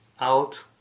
out